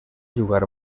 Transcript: jugar